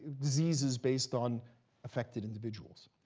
diseases based on affected individuals.